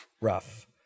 Rough